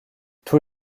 tous